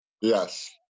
Yes